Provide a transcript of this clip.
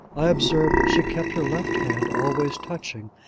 i observed that she kept her left hand always touching,